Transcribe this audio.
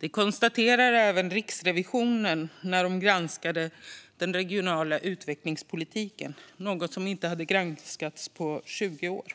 Det konstaterade även Riksrevisionen när de granskade den regionala utvecklingspolitiken - något som inte hade gjorts på 20 år.